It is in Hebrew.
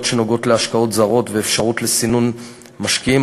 שנוגעות להשקעות זרות ואפשרות לסינון משקיעים.